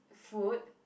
food